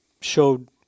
showed –